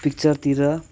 पिक्चरतिर